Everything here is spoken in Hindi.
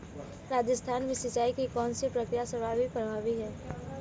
राजस्थान में सिंचाई की कौनसी प्रक्रिया सर्वाधिक प्रभावी है?